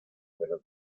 telas